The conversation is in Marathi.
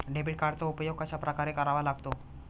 डेबिट कार्डचा उपयोग कशाप्रकारे करावा लागतो?